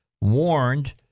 warned